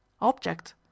Object